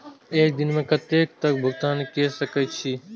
एक दिन में कतेक तक भुगतान कै सके छी